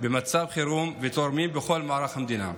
במצב חירום, ותורמים בכל מערך המדינה.